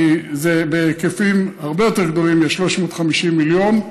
כי זה בהיקפים הרבה יותר גדולים מ-350 מיליון.